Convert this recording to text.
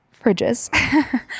fridges